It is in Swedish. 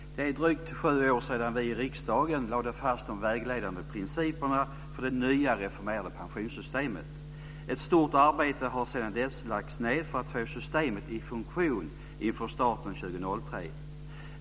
Fru talman! Det är drygt sju år sedan vi i riksdagen lade fast de vägledande principerna för det nya reformerade pensionssystemet. Ett stort arbete har sedan dess lagts ned för att få systemet i funktion inför starten 2003.